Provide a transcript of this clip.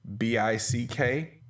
B-I-C-K